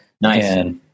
Nice